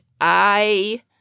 I-